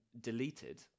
deleted